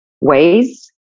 ways